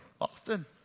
often